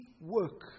work